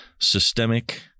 systemic